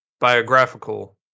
biographical